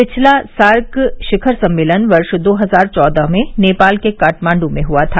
पिछला सार्क शिखर सम्मेलन वर्ष दो हजार चौदह में नेपाल के काठमाण्ड् में हुआ था